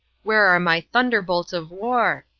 where are my thunderbolts of war?